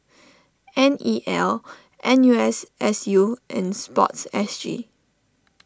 N E L N U S S U and Sports S G